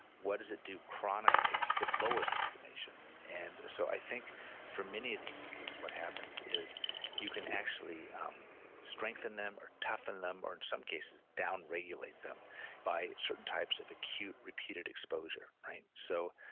what does it do chronically? it lowers inflammation and so i think for many of these systems what happens is you can actually um strengthen them or toughen them, or in some cases down-regulate them by certain types of acute repeated exposure, right? so,